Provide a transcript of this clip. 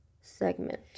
segment